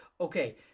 Okay